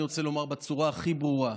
אני רוצה לומר בצורה הכי ברורה: